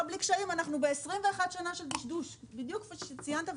אנחנו ב-21 שנה של דשדוש בדיוק כמו שציינת,